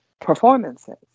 performances